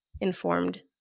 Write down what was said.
informed